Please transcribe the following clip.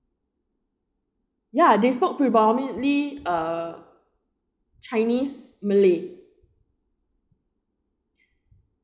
ya they spoke predominately uh chinese malay